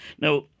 Now